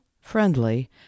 friendly